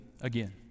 again